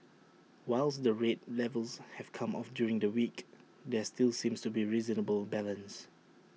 whilst the rate levels have come off during the week there still seems to be reasonable balance